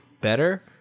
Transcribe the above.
better